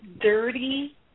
dirty